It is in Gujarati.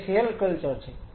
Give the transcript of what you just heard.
તે સેલ કલ્ચર છે